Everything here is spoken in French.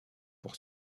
pour